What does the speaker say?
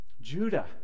Judah